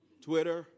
Twitter